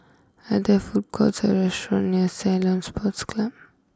are there food courts or restaurants near Ceylon Sports Club